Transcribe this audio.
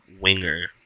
winger